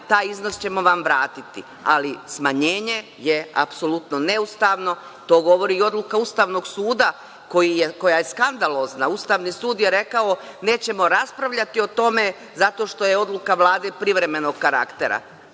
taj iznos ćemo vam vratiti. Ali, smanjenje je apsolutno neustavno, to govori i odluka Ustavnog suda koja je skandalozna. Ustavni sud je rekao – nećemo raspravljati o tome zato što je odluka Vlade privremenog karaktera.